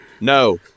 No